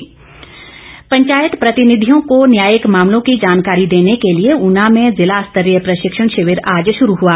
शिविर पंचायत प्रतिनिधियों को न्यायिक मामलों की जानकारी देने के लिए ऊना में जिला स्तरीय प्रशिक्षण शिविर आज शुरू हुआ